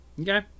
Okay